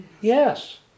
Yes